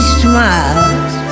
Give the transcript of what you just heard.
smiles